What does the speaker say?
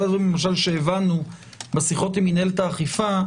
אחד הדברים שהבנו בשיחות עם מינהלת האכיפה,